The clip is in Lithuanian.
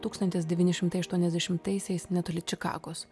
tūkstantis devyni šimtai aštuoniasdešimtaisiais netoli čikagos